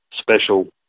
special